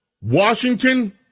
Washington